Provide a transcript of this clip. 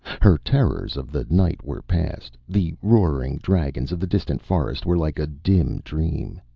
her terrors of the night were past. the roaring dragons of the distant forest were like a dim dream.